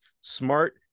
smart